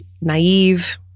Naive